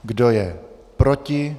Kdo je proti?